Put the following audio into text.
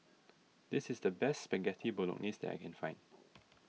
this is the best Spaghetti Bolognese that I can find